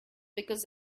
because